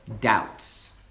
doubts